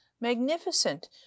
magnificent